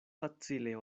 facile